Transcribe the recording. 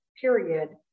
period